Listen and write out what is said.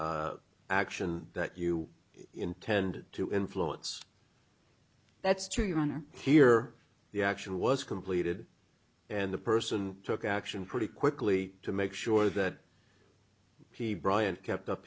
action that you intended to influence that's true your honor here the action was completed and the person took action pretty quickly to make sure that bryant kept up